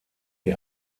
die